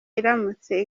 iramutse